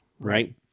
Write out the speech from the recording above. Right